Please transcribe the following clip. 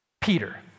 Peter